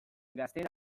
gazteen